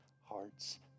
hearts